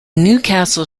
newcastle